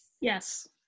yes